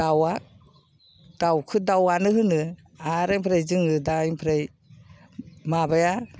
दाउआ दाउखौ दाउआनो होनो आरो आमफ्राइ जोङो दा आमफ्राइ माबाया